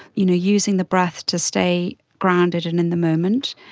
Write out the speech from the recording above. you know using the breath to stay grounded and in the moment.